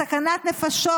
בסכנת נפשות,